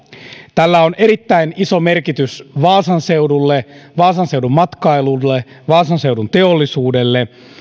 tällä on erittäin iso merkitys vaasan seudulle vaasan seudun matkailulle vaasan seudun teollisuudelle